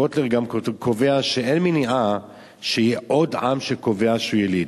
קוטלר גם קובע שאין מניעה שיהיה עוד עם שקובע שהוא יליד.